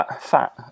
fat